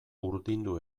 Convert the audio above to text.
urdindu